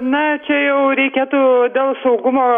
na čia jau reikėtų dėl saugumo